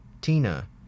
Tina